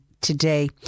today